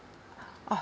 oh